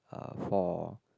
uh for